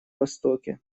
востоке